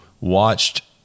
watched